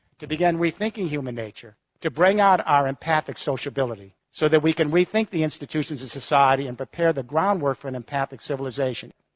to begin rethinking human nature, to bring out our empathic sociability so that we can rethink the institutions and society and prepare the groundwork for an empathic civilization.